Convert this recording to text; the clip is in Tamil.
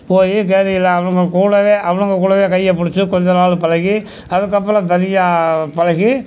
போய் கேணியில் அவங்க கூடவே அவங்க கூடவே கையை பிடிச்சு கொஞ்ச நாள் பழகி அதுக்கப்புறம் தனியாக பழகி